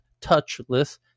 touchless